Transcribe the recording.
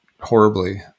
horribly